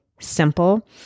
simple